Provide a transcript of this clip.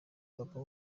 papa